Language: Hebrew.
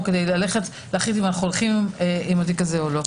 או להחליט אם הולכים על התיק או לא.